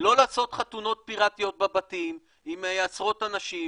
לא לעשות חתונות פיראטיות בבתים עם עשרות אנשים,